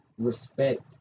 respect